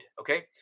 okay